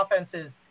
offenses